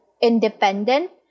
independent